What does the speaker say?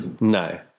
No